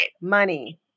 money